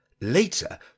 Later